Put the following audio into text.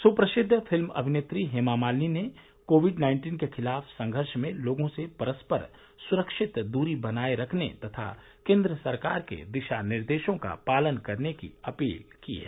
सुप्रसिद्व film अभिनेत्री हेमा मालिनी ने COVID nineteen के खिलाफ संघर्ष में लोगों से परस्पर सुरक्षित दूरी बनाये रखने तथा केंद्र सरकार के दिशा निर्देशों का पालन करने की अपील की है